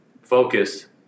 Focus